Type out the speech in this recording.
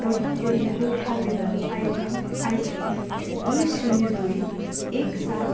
दर्ता गरिएको आवेदन आइडी आइटी दुई शून्य दुई एक सात